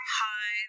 hi